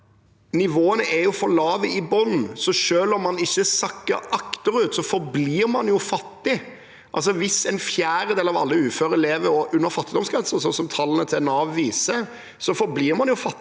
Nivåene er for lave i bunnen, så selv om man ikke sakker akterut, forblir man jo fattig. Altså: Hvis en fjerdedel av alle uføre lever under fattigdomsgrensen, slik tallene fra Nav viser, så forblir man jo fattig